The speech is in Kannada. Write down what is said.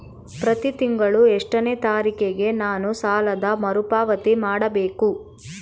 ಪ್ರತಿ ತಿಂಗಳು ಎಷ್ಟನೇ ತಾರೇಕಿಗೆ ನನ್ನ ಸಾಲದ ಮರುಪಾವತಿ ಮಾಡಬೇಕು?